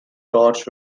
toured